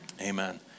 Amen